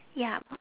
ya